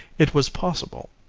it was possible.